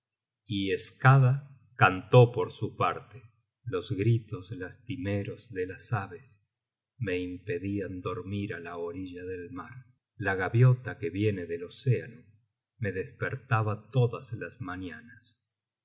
y skada cantó por su parte los gritos lastimeros de las aves me impedían dormir á la orilla del mar la paviota que viene del océano me despertaba todas las mañanas